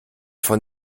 von